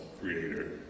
creator